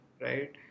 right